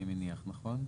אני מניח כך.